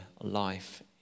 life